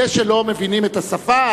זה שלא מבינים את השפה,